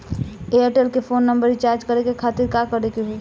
Airtel के phone number recharge करे के खातिर का करे के होई?